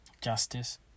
justice